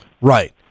Right